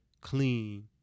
clean